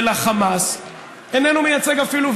השלטון הטרוריסטי של החמאס איננו מייצג אפילו.